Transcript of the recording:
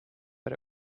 but